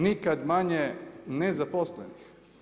Nikada manje nezaposlenih.